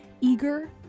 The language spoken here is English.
eager